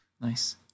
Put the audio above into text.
Nice